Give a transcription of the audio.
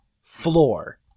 floor